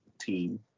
team